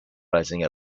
rising